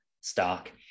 stock